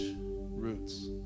roots